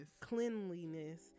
Cleanliness